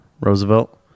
Roosevelt